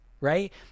right